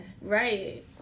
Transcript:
Right